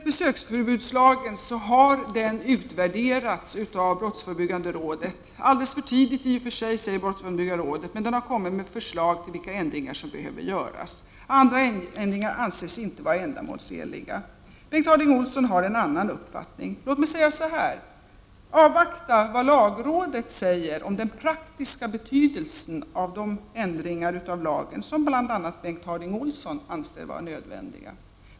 Besöksförbudslagen har utvärderats av brottsförebyggande rådet, i och för sig alldeles för tidigt enligt brottsförebyggande rådet självt, men rådet har kommit med förslag om vilka ändringar som behöver göras. Andra ändringar anses inte vara ändamålsenliga. Bengt Harding Olson har en annan uppfattning. Låt mig säga följande till Bengt Harding Olson. Avvakta vad lagrådet säger om den praktiska betydelsen av de ändringar av lagen som bl.a. Bengt Harding Olson anser vara nödvändiga.